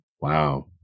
Wow